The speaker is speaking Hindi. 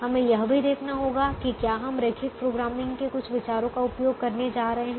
हमें यह भी देखना होगा कि क्या हम रैखिक प्रोग्रामिंग के कुछ विचारों का उपयोग करने जा रहे हैं